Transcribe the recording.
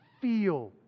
feel